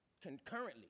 concurrently